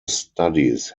studies